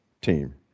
team